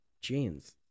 jeans